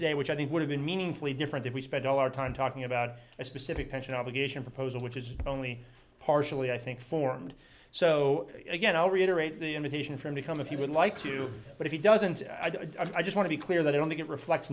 today which i think would have been meaningfully different if we spend all our time talking about a specific pension obligation proposal which is only partially i think formed so again i'll reiterate the invitation for him to come if you would like to but if he doesn't i just want to be clear that i don't think it reflects